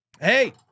Hey